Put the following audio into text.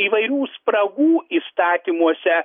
įvairių spragų įstatymuose